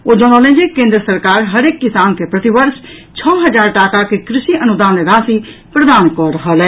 ओ जनौलनि जे केंद्र सरकार हरेक किसान के प्रतिवर्ष छओ हजार टाकाक कृषि अनुदान राशि प्रदान कऽ रहल अछि